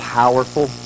powerful